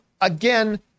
again